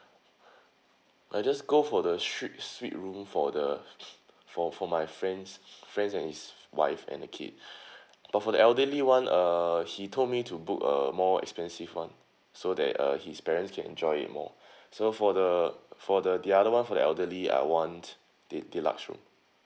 I just go for the suite suite room for the for for my friends friends and his wife and the kid but for the elderly [one] uh he told me to book a more expensive [one] so that uh his parents can enjoy it more so for the for the the other [one] for the elderly I want the deluxe room